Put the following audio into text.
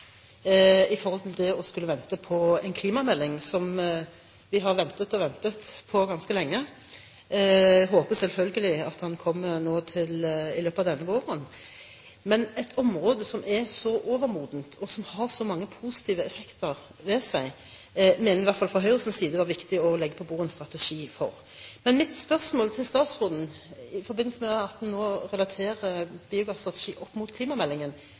som vi har ventet på ganske lenge. Jeg håper selvfølgelig at den kommer i løpet av våren. Men et område som er så overmodent, og som har så mange positive effekter ved seg, var det viktig å legge på bordet en strategi for. Det mener vi i hvert fall fra Høyres side. I forbindelse med at en nå relaterer biogasstrategi opp mot klimameldingen,